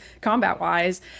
combat-wise